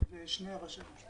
ושני ראשי ממשלה.